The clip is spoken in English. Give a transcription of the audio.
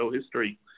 history